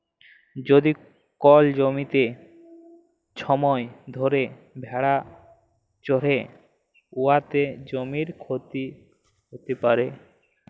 যদি কল জ্যমিতে ছময় ধ্যইরে ভেড়া চরহে উয়াতে জ্যমির ক্ষতি হ্যইতে পারে